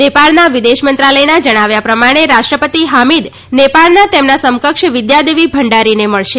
નેપાળનાં વિદેશ મંત્રાલયના જણાવ્યા પ્રમાણે રાષ્ટ્રપતિ હામીદ નેપાળનાં તેમના સમકક્ષ વિદ્યા દેવ ભંડારીને મળશે